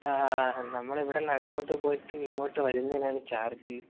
ആ നമ്മളവിടുന്ന് അങ്ങോട്ട് പോയിട്ട് ഇങ്ങോട്ട് വരുന്നതിനാണ് ചാർജ്